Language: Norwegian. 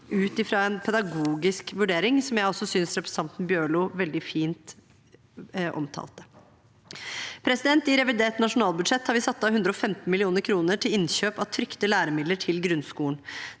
ut fra en pedagogisk vurdering, noe jeg også synes representanten Bjørlo veldig fint omtalte. I revidert nasjonalbudsjett har vi satt av 115 mill. kr til innkjøp av trykte læremidler til grunnskolen.